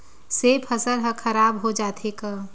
से फसल ह खराब हो जाथे का?